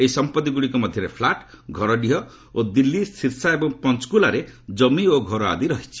ଏହି ସମ୍ପତ୍ତିଗୁଡ଼ିକ ମଧ୍ୟରେ ଫ୍ଲାଟ୍ ଘରଡିହ ଓ ଦିଲ୍ଲୀ ଶୀର୍ଷା ଏବଂ ପଞ୍ଚକୁଲାରେ ଜମି ଓ ଘର ଆଦି ରହିଛି